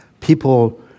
people